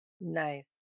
Nice